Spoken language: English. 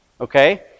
okay